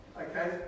Okay